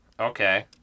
Okay